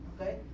Okay